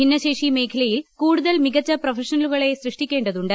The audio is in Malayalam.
ഭിന്നശേഷി മേഖലയിൽ കൂടുതൽ മികച്ച പ്രൊഫഷണലുകളെ സൃഷ്ടിക്കേണ്ടതുണ്ട്